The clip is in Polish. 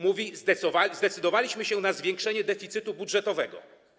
Mówi: zdecydowaliśmy się na zwiększenie deficytu budżetowego.